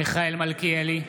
מלכיאלי,